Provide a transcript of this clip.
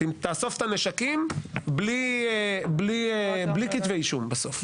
תאסוף את הנשקים בלי כתבי אישום בסוף.